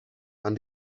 and